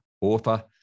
author